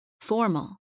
Formal